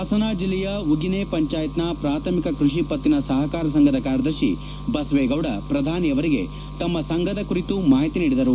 ಹಾಸನ ಜಿಲ್ಲೆಯ ಉಗಿನೆ ಪಂಚಾಯತ್ನ ಪ್ರಾಥಮಿಕ ಕೃಷಿ ಪತ್ತಿನ ಸಹಕಾರ ಸಂಘದ ಕಾರ್ಯದರ್ಶಿ ಬಸವೇಗೌಡ ಪ್ರಧಾನಿಯವರಿಗೆ ತಮ್ಮ ಸಂಘದ ಕುರಿತು ಮಾಹಿತಿ ನೀಡಿದರು